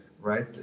right